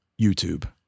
YouTube